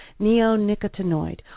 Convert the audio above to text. neonicotinoid